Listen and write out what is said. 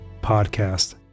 Podcast